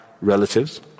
relatives